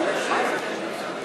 איסור מתן טיפול המרה לקטין),